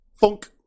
funk